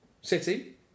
city